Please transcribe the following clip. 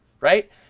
right